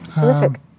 Terrific